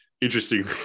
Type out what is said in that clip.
interesting